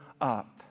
up